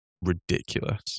ridiculous